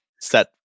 set